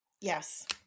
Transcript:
Yes